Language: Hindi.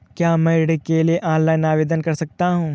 क्या मैं ऋण के लिए ऑनलाइन आवेदन कर सकता हूँ?